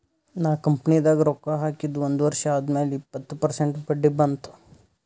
ನಾ ಕಂಪನಿದಾಗ್ ರೊಕ್ಕಾ ಹಾಕಿದ ಒಂದ್ ವರ್ಷ ಆದ್ಮ್ಯಾಲ ಇಪ್ಪತ್ತ ಪರ್ಸೆಂಟ್ ಬಡ್ಡಿ ಬಂತ್